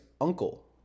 uncle